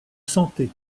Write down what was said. santé